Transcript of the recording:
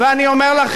אני אומר לכם,